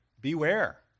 Beware